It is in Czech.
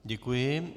Děkuji.